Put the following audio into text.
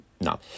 no